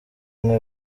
umwe